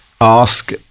ask